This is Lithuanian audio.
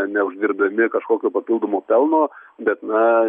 neuždirbdami kažkokio papildomo pelno bet na